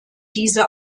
diese